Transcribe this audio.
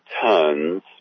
tons